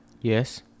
Yes